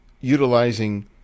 utilizing